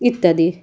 ইত্যাদি